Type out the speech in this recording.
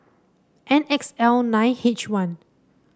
N X L nine H one